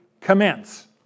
commence